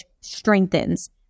strengthens